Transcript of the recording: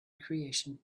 creation